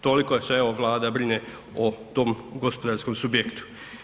Toliko se evo Vlada brine o tom gospodarskom subjektu.